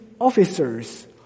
officers